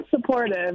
supportive